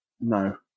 no